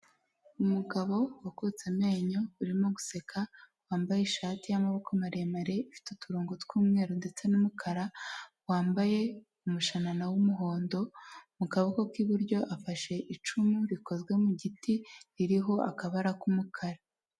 Umugabo wakutse amenyo urimo guseka wambaye ishati y'amaboko maremare ifite uturongo tw'umweru ndetse n'umukara wambaye umushanana w'umuhondo mu kaboko k'iburyo afashe icumu rikozwe mu giti ririho akabara k'umukara.